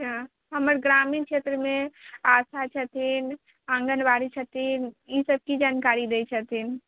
अच्छा हमर ग्रामीण क्षेत्र मे आशा छथिन आँगनवाड़ी छथिन ई सभ की जानकारी दय छथिन